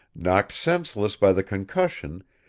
knocked senseless by the concussion,